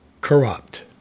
corrupt